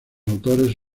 autores